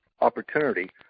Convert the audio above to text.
opportunity